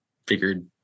Figured